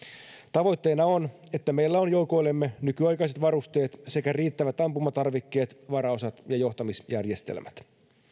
tavoitteena on että meillä on joukoillemme nykyaikaiset varusteet sekä riittävät ampumatarvikkeet varaosat ja johtamisjärjestelmät